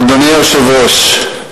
אדוני היושב-ראש,